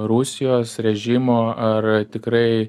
rusijos režimo ar tikrai